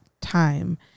time